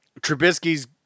Trubisky's